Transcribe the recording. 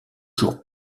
jours